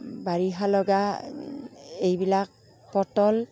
বাৰিষা লগা এইবিলাক পটল